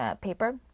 paper